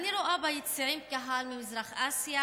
אני רואה ביציעים קהל ממזרח אסיה,